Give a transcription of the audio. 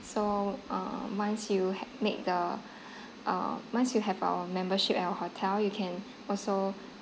so uh once you ha~ make the uh once you have our membership at our hotel you can also